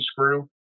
screw